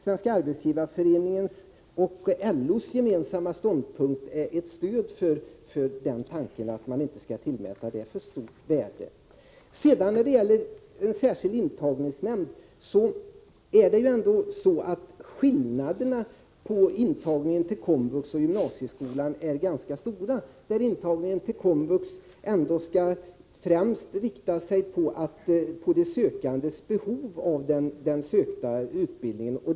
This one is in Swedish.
Svenska arbetsgivareföreningens och LO:s gemensamma ståndpunkt är kanske ett stöd för tanken att man inte skall tillmäta det argumentet alltför stort värde. Vad sedan gäller frågan om en särskild intagningsnämnd vill jag framhålla att skillnaderna mellan intagningen till komvux och intagningen till gymnasieskolan är ganska stora. Intagningen till komvux skall ändå främst grundas på de sökandes behov av den sökta utbildningen.